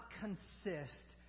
consist